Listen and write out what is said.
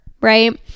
Right